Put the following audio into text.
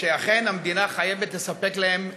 שאכן המדינה חייבת לתת להם,